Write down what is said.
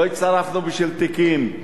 לא הצטרפנו בשביל תיקים.